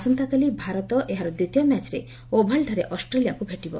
ଆସନ୍ତାକାଲି ଭାରତ ଏହାର ଦ୍ୱିତୀୟ ମ୍ୟାଚ୍ରେ ଓଭାଲ୍ଠାରେ ଅଷ୍ଟ୍ରେଲିଆକୁ ଭେଟିବ